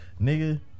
Nigga